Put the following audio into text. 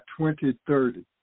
2030